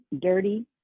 dirty